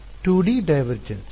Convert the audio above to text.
ವಿದ್ಯಾರ್ಥಿ 2 D divergence